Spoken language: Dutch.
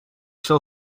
zal